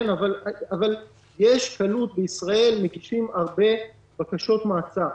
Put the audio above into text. אבל יש קלות בישראל, מגישים הרבה בקשות מעצר.